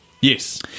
Yes